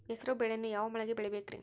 ಹೆಸರುಬೇಳೆಯನ್ನು ಯಾವ ಮಳೆಗೆ ಬೆಳಿಬೇಕ್ರಿ?